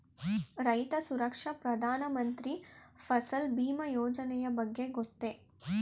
ರೈತ ಸುರಕ್ಷಾ ಪ್ರಧಾನ ಮಂತ್ರಿ ಫಸಲ್ ಭೀಮ ಯೋಜನೆಯ ಬಗ್ಗೆ ಗೊತ್ತೇ?